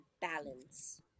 balance